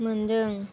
मोनदों